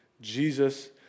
Jesus